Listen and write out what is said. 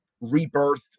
rebirth